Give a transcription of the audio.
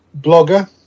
Blogger